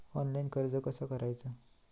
Online कर्ज कसा करायचा?